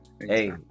Hey